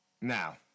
Now